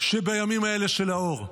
שבימים האלה של האור,